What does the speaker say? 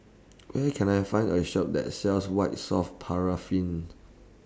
Where Can I Find A Shop that sells White Soft Paraffin